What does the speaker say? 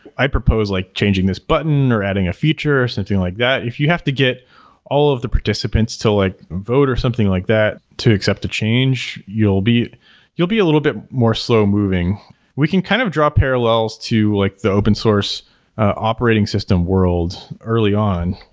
i proposed like changing this button, or adding a feature, or something like that. if you have to get all of the participants to like vote or something like that to accept a change, you'll be you'll be a little bit more slow-moving we can kind of draw parallels to like the open source operating system world early on.